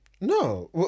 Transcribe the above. No